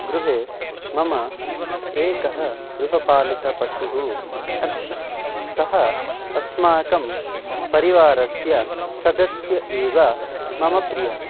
गृहे मम एकः गृहपालितपशुः अस्ति सः अस्माकं परिवारस्य सदस्यः एव मम प्रियः